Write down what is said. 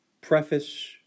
preface